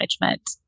management